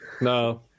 No